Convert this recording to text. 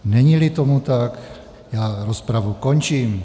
Neníli tomu tak, rozpravu končím.